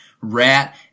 Rat